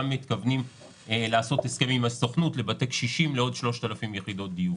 מתכוונים לעשות הסכמים עם הסוכנות לבתי קשישים לעוד 3,000 יחידות דיור.